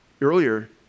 earlier